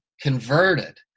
converted